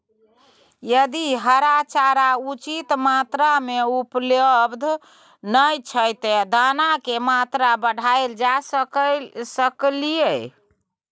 यदि हरा चारा उचित मात्रा में उपलब्ध नय छै ते दाना की मात्रा बढायल जा सकलिए?